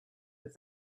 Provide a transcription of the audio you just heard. with